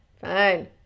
fine